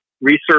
research